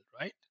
right